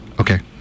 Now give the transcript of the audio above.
Okay